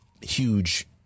huge